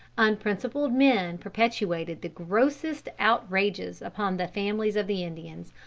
unprincipled men perpetrated the grossest outrages upon the families of the indians,